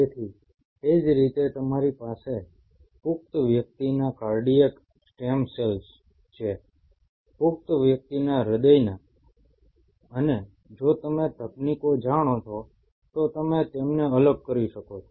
તેથી એ જ રીતે તમારી પાસે પુખ્ત વ્યક્તિના કાર્ડિયાક સ્ટેમ સેલ્સ છે પુખ્ત વ્યક્તિના હૃદયમાં અને જો તમે તકનીકો જાણો છો તો તમે તેમને અલગ કરી શકો છો